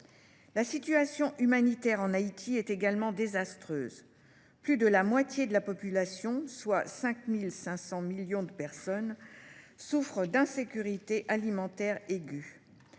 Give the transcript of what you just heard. La situation humanitaire est également désastreuse. Plus de la moitié de la population, soit 5,5 millions de personnes, souffre d’insécurité alimentaire aiguë